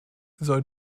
soll